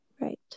right